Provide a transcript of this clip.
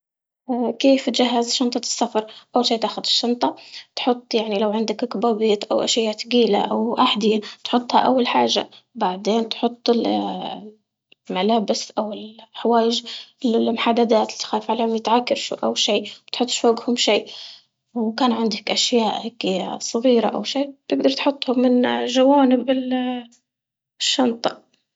كيف تجهز شنطة السفر؟ أول شي تاخد الشنطة تحط يعني لو عندك كبابيت أو أشياء تقيلة أو أحدية تحطها أول حاجة، بعدين تحط ال- الملابس أو الحوايج اللي محددات اللي خايف عليهم يتعكرشوا أو شي، تحطش فوقهم شي وكان عندك أشياء هيكي صغيرة أو شي تقدر تحطهم من جوانب ال- الشنطة.